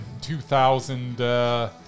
2000